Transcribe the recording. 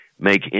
make